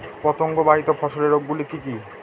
পতঙ্গবাহিত ফসলের রোগ গুলি কি কি?